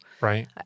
Right